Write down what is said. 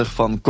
van